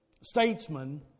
statesman